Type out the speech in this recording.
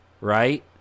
right